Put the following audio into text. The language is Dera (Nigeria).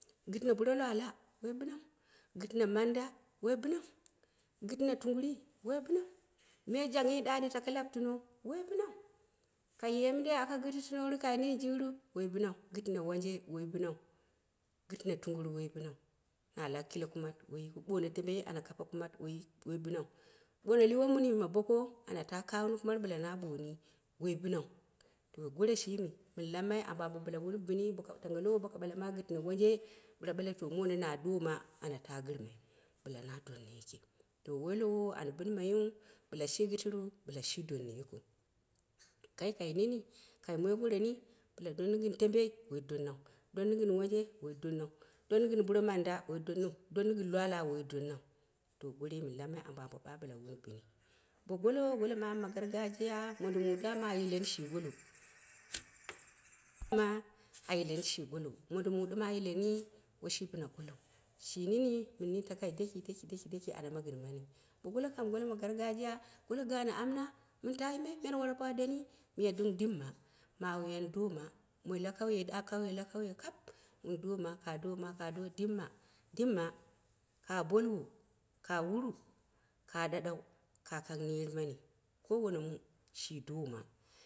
Gittino burolwalwa woi bɨnau gɨttɨno manda, woi binau, gɨttɨno tunguri, woibinau, me janghi, ɗaaɗi tako labtino woi binau. Kai ye mindei aka gɨttinouru, kai mini jikru woi binau. Gittino wanje woi binau. Gittino tungur, woi binau. Na lau kile kumat woi gikau. Bono tembe ana kaɓe kuma woi yikiu woi binau. Bono lɨwe- muni ma boko ana ta kaghɨni kuma bɨla ne booni, woi binau. To gore shimi mɨn lamma ambo ambo wun bini boka tange lowo boka ɓale gitino wanje bɨla ɓale to mone na dooma ana ta girmai bila na donna yiki. To woi lowo an binmaiu bɨla shi gittiru bila shi donnu yikiu. Kai kai nini kai moi goreni, donnu gɨn tembei, woi dennau, donnu gɨn wanje woi donnau, donnu gɨn buro manda woi ɗonnau, donn gɨn burulwalwa woi donnau. To gorei mɨn lammai ambo ambo bila wun bini. Bo gobu, gobu mamu ma gargajiya modin mu dama a yileni shi golo, mondin mu ɗɨm a yileni woi shi bina golou. Shi nini mɨn ninitakai deki, deki deki anya gɨn mani, bo golo kam golo ma gargajiya golo gaan. Amma min ta yi mai, men wara ba'a doni miy ɗem ɗɨmma, mawiyan dooma moi la kauye da kauye kam won doma ka dooma, ka dooma ka doo dimma, dimma ka baluwo ka wuru, ka ɗaɗau. Ka kang nerɨmani kowani mu shi doma